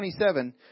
27